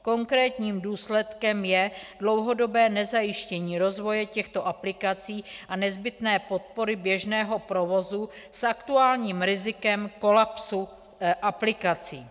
Konkrétním důsledkem je dlouhodobé nezajištění rozvoje těchto aplikací a nezbytné podpory běžného provozu s aktuálním rizikem kolapsu aplikací.